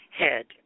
head